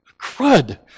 Crud